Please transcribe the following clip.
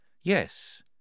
Yes